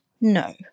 No